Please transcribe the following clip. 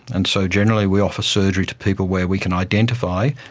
and so generally we offer surgery to people where we can identify,